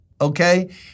okay